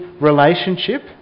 relationship